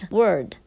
word